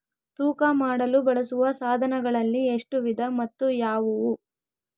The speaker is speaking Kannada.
ತೂಕ ಮಾಡಲು ಬಳಸುವ ಸಾಧನಗಳಲ್ಲಿ ಎಷ್ಟು ವಿಧ ಮತ್ತು ಯಾವುವು?